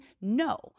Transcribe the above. no